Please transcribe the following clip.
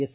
S